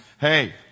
hey